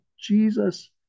Jesus